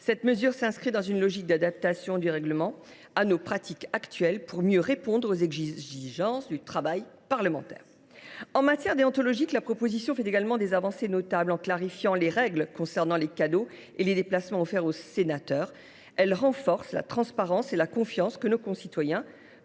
telle mesure s’inscrit dans une logique d’adaptation du règlement à nos pratiques actuelles, pour mieux répondre aux exigences du travail parlementaire. En matière de déontologie, la proposition fait également des avancées notables. En clarifiant les règles concernant les cadeaux et les déplacements offerts aux sénateurs, elle renforce la transparence et la confiance que nos concitoyens